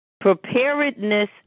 Preparedness